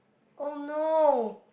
oh no